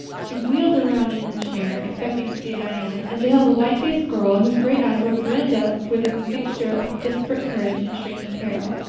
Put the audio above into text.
she wheeled around in her chair, expecting to see diana, and beheld a white-faced girl whose great eyes were brimmed up with a mixture of desperate courage and shrinking terror.